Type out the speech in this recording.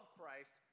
Christ